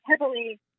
heavily